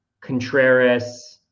Contreras